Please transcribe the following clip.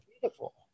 beautiful